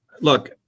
look